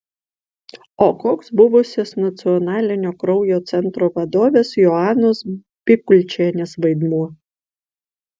o koks buvusios nacionalinio kraujo centro vadovės joanos bikulčienės vaidmuo